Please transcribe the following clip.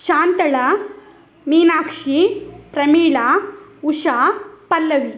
Shantala Meenakshi Pramila Usha Pallavi